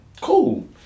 cool